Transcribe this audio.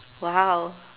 !wow!